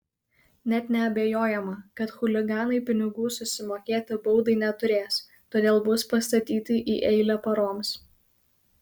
net neabejojama kad chuliganai pinigų susimokėti baudai neturės todėl bus pastatyti į eilę paroms